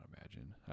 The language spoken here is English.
imagine